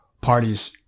parties